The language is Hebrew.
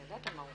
ננסה לבדוק.